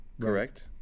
correct